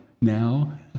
now